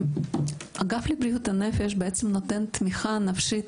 האגף לבריאות הנפש בעצם נותן תמיכה נפשית,